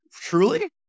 Truly